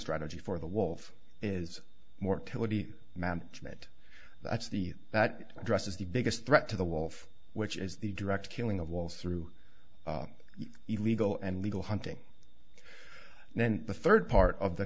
strategy for the wolf is mortality management that's the that addresses the biggest threat to the wall of which is the direct killing of walls through illegal and legal hunting and then the third part of the